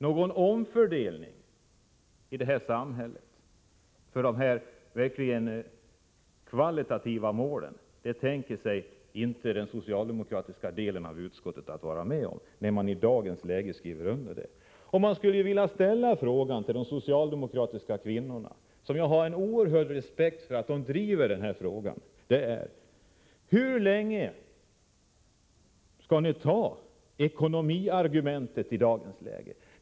Någon omfördelning i vårt samhälle för de verkligt kvalitativa målen tänker inte den socialdemokratiska delen av utskottet vara med om, när man skriver under detta betänkande. Jag skulle vilja fråga de socialdemokratiska kvinnorna, som jag har en oerhörd respekt för när det gäller att driva den här frågan: Hur länge skall ni godta ekonomiargumentet i dagens läge?